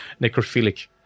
necrophilic